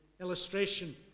illustration